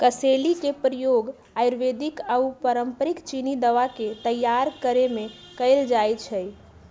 कसेली के प्रयोग आयुर्वेदिक आऽ पारंपरिक चीनी दवा के तइयार करेमे कएल जाइ छइ